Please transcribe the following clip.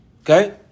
Okay